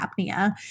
apnea